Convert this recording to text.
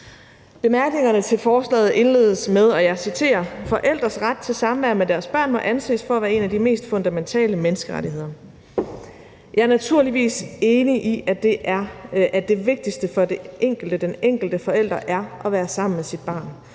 Bemærkningerne til forslaget indledes med, at »forældres ret til samvær med deres børn må anses for at være en af de mest fundamentale menneskerettigheder«. Jeg er naturligvis enig i, at det vigtigste for den enkelte forælder er at være sammen med sit barn,